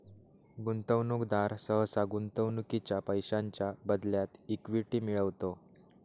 गुंतवणूकदार सहसा गुंतवणुकीच्या पैशांच्या बदल्यात इक्विटी मिळवतो